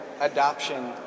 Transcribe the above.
adoption